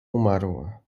umarła